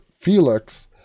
Felix